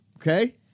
Okay